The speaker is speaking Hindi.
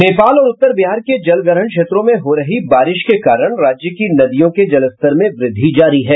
नेपाल और उत्तर बिहार के जलग्रहण क्षेत्रों में हो रही बारिश के कारण राज्य की नदियों के जलस्तर में वृद्धि जारी है